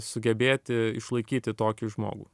sugebėti išlaikyti tokį žmogų